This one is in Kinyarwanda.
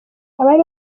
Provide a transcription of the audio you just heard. abari